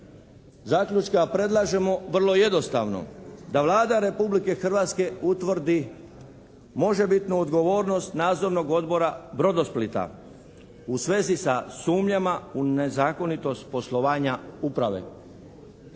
zaključka predlažemo vrlo jednostavno, da Vlada Republike Hrvatske utvrdi možebitnu odgovornost Nadzornog odbora Brodosplita u svezi sa sumnjama u nezakonitost poslovanja uprave.